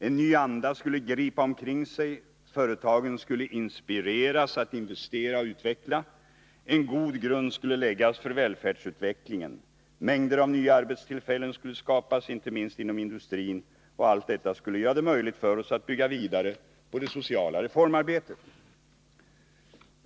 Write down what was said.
En ny anda skulle gripa omkring sig, företagen skulle inspireras att investera och utveckla, en god grund skulle läggas för välfärdsutvecklingen, mängder av nya arbetstillfällen skulle skapas, inte minst inom industrin, och allt detta skulle göra det möjligt för oss att bygga vidare på det sociala reformarbetet.